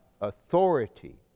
authority